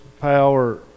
power